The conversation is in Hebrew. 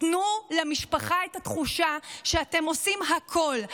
תנו למשפחה את התחושה שאתם עושים הכול,